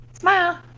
Smile